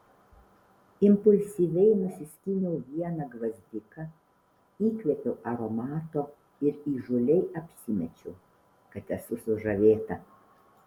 impulsyviai nusiskyniau vieną gvazdiką įkvėpiau aromato ir įžūliai apsimečiau kad esu sužavėta